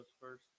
first